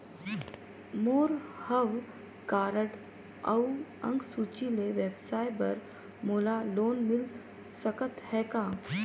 मोर हव कारड अउ अंक सूची ले व्यवसाय बर मोला लोन मिल सकत हे का?